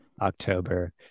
October